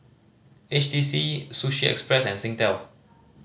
H T C Sushi Express and Singtel